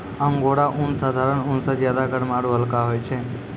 angora ऊन साधारण ऊन स ज्यादा गर्म आरू हल्का होय छै